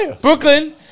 Brooklyn